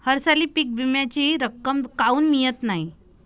हरसाली पीक विम्याची रक्कम काऊन मियत नाई?